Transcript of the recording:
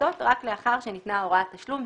להיעשות רק לאחר שניתנה הוראת תשלום.